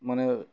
মানে